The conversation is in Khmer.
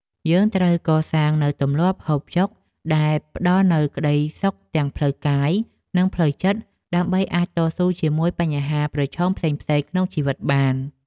យើងត្រូវកសាងនូវទម្លាប់ហូបចុកដែលផ្តល់នូវក្តីសុខទាំងផ្លូវកាយ និងផ្លូវចិត្តដើម្បីអាចតស៊ូជាមួយបញ្ហាប្រឈមផ្សេងៗក្នុងជីវិតបាន។